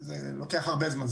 זה לוקח הרבה זמן.